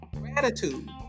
gratitude